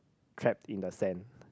trapped in the sand